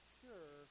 sure